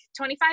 25